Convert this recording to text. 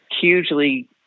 hugely